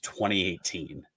2018